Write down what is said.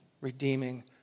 redeeming